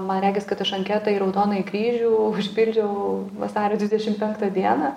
man regis kad aš anketą į raudonąjį kryžių užpildžiau vasario dvidešim penktą dieną